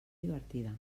divertida